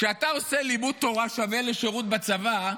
כשאתה עושה: לימוד תורה שווה לשירות בצבא,